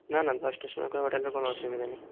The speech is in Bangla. না না দশটার সময় করে পাঠালেও কোনো অসুবিধা নেই